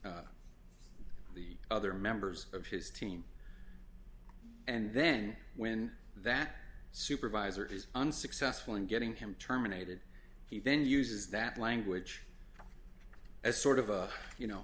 the other members of his team and then when that supervisor is unsuccessful in getting him terminated he then uses that language as sort of a you know